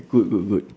good good good